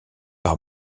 par